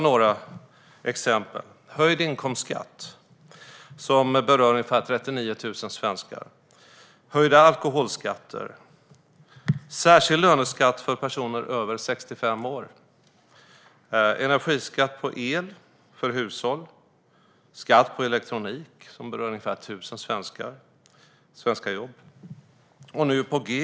Några exempel är höjd inkomstskatt, som kommer att beröra ungefär 39 000 svenskar höjda alkoholskatter särskild löneskatt för personer över 65 år energiskatt på el för hushåll skatt på elektronik, som berör ungefär 1 000 svenska jobb flygskatt, som också är på G nu.